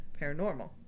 paranormal